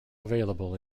available